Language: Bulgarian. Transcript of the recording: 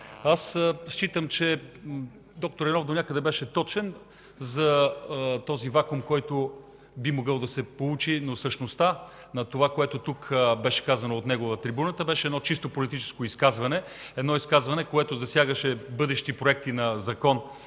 аз считам, че д-р Райнов донякъде беше точен за този вакуум, който би могъл да се получи, но същността на това, което беше казано от него от трибуната, беше едно чисто политическо изказване – едно изказване, което засягаше бъдещи проекти на закон,